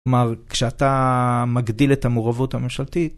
כלומר, כשאתה מגדיל את המעורבות הממשלתית...